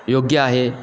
योग्य आहे